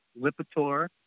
Lipitor